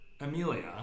Amelia